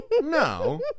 No